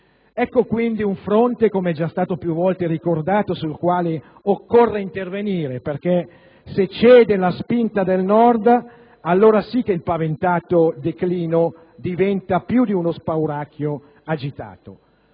Ecco quindi un fronte - com'è già stato più volte ricordato - sul quale occorre intervenire perché, se cede la spinta del Nord, allora sì che il paventato declino diventa più di uno spauracchio agitato.